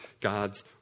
God's